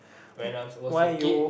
when I was a kid